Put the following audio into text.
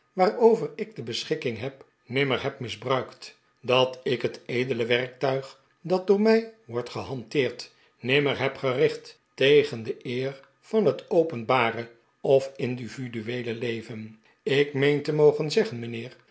waarover ik de beschikking neb nimmer heb misbruikt dat ik het edele werktuig dat door mij wordt gehanteerd nimmer heb gericht tegen de eer van het openbare of individueele leven ik meen te mogen zeggen mijnheer